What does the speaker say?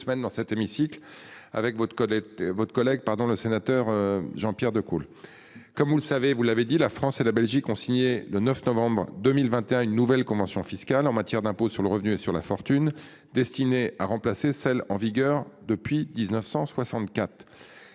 il y a quelques semaines dans cet hémicycle avec votre collègue, votre collègue pardon le sénateur Jean-Pierre Decool. Comme vous le savez, vous l'avez dit, la France et la Belgique ont signé le 9 novembre 2021, une nouvelle convention fiscale en matière d'impôt sur le revenu et sur la fortune. Destinée à remplacer celle en vigueur depuis 1964.